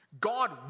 God